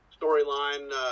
storyline